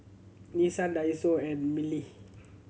Nissin Daiso and Mili